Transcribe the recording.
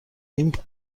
این